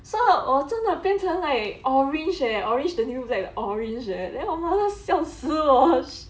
so 我真的变成 like orange eh orange the new black that the orange eh then 我妈妈笑死我